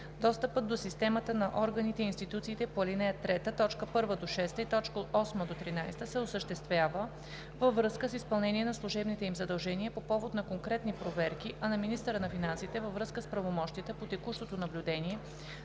Достъпът до системата на органите и институциите по ал. 3, т. 1 – 6 и т. 8 – 13 се осъществява във връзка с изпълнение на служебните им задължения по повод на конкретни проверки, а на министъра на финансите – във връзка с правомощията по текущото наблюдение